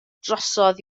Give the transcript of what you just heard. drosodd